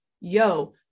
yo